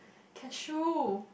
cashew